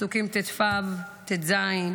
פסוקים ט"ו-ט"ז,